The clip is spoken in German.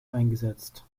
eingesetzt